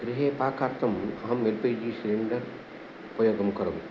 गृहे पाकार्थम् अहम् एल् पि जि सिलिण्डर् उपयोगं करोमि